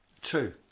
two